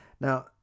Now